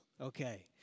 Okay